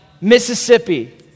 Mississippi